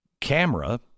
camera